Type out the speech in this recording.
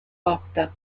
horta